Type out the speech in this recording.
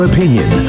opinion